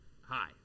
hi